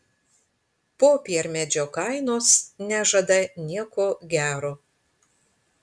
popiermedžio kainos nežada nieko gero